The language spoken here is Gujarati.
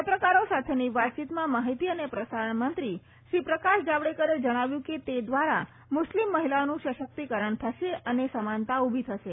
પત્રકારો સાથેની વાતચીતમાં માહિતી અને પ્રસારણ મંત્રી શ્રી પ્રકાશ જાડવેડકરે જણાવ્યું કે તે દ્વારા મુસ્લિમ મહિલાઓનું સશક્તિકરણ થશે અને સમાનતા ઉભી થશે